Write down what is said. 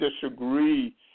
disagree